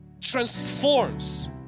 transforms